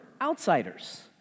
outsiders